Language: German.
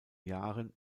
jahren